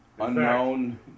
unknown